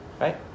right